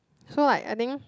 so like I think